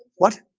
what?